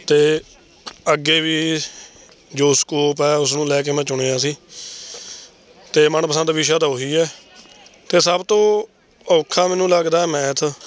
ਅਤੇ ਅੱਗੇ ਵੀ ਜੋ ਸਕੋਪ ਹੈ ਉਸ ਨੂੰ ਲੈ ਕੇ ਮੈਂ ਚੁਣਿਆ ਸੀ ਅਤੇ ਮਨਪਸੰਦ ਵਿਸ਼ਾ ਤਾਂ ਉਹੀ ਹੈ ਅਤੇ ਸਭ ਤੋਂ ਔਖਾ ਮੈਨੂੰ ਲੱਗਦਾ ਮੈਥ